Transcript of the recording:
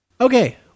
Okay